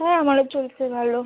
হ্যাঁ আমারও চলছে ভালো